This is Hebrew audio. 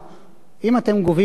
אם אתם גובים תשלום